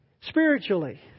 spiritually